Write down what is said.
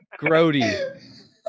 Grody